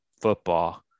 football